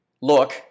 look